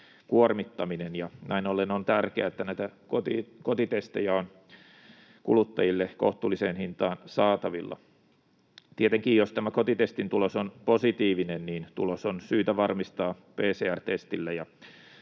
kuormittaminen. Näin ollen on tärkeää, että näitä kotitestejä on kuluttajille kohtuulliseen hintaan saatavilla. Tietenkin, jos tämä kotitestin tulos on positiivinen, tulos on syytä varmistaa PCR-testillä,